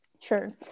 Sure